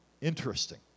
Interesting